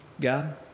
God